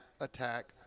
attack